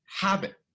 habit